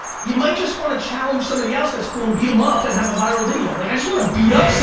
you might just wanna challenge somebody else that's cool and beat em up and have a viral video. like i just wanna beat up